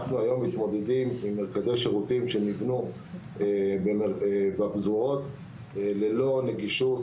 אנחנו היום מתמודדים עם מרכזי שירותים שנבנו בפזורות ללא נגישות,